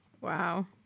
Wow